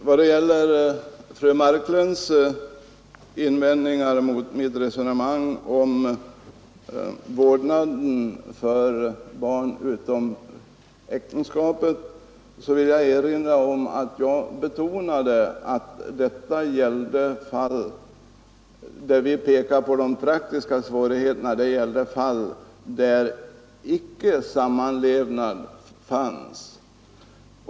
Fru talman! När det gäller fru Marklunds invändningar mot mitt resonemang om vårdnaden av barn utom äktenskapet, vill jag erinra om att jag betonade de praktiska svårigheterna i sådana fall där sammanlevnad icke förelåg.